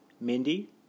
Mindy